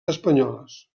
espanyoles